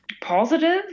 positive